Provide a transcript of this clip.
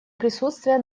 присутствие